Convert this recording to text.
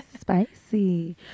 Spicy